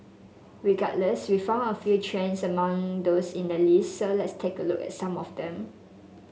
regardless we found a few trends among those in the list so let's take a look at some of them